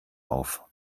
auf